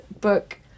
book